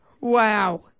Wow